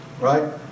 right